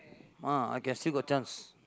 ah I get still got chance